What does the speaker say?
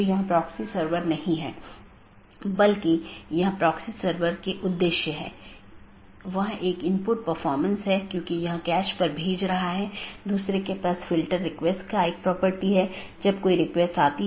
इसलिए चूंकि यह एक पूर्ण मेश है इसलिए पूर्ण मेश IBGP सत्रों को स्थापित किया गया है यह अपडेट को दूसरे के लिए प्रचारित नहीं करता है क्योंकि यह जानता है कि इस पूर्ण कनेक्टिविटी के इस विशेष तरीके से अपडेट का ध्यान रखा गया है